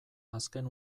azken